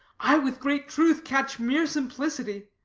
i with great truth catch mere simplicity